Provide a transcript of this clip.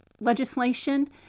legislation